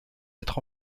être